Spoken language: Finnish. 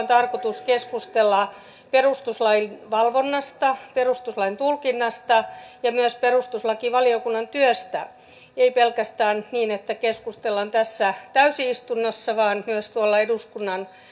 tarkoitus keskustella perustuslain valvonnasta perustuslain tulkinnasta ja myös perustuslakivaliokunnan työstä ei pelkästään niin että keskustellaan täysistunnossa vaan myös tuolla eduskunnan